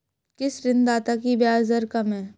किस ऋणदाता की ब्याज दर कम है?